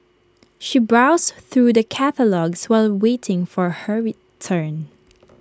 she browsed through the catalogues while waiting for her return